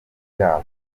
bwabo